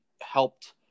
helped